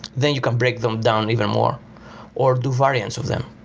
then you can break them down even more or do variants of them.